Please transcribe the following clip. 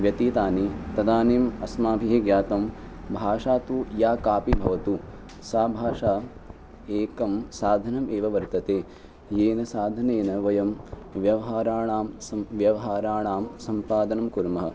व्यतीतानि तदानीम् अस्माभिः ज्ञातं भाषा तु या कापि भवतु सा भाषा एकं साधनम् एव वर्तते येन साधनेन वयं व्यवहाराणां सं व्यवहाराणां सम्पादनं कुर्मः